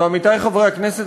ועמיתי חברי הכנסת,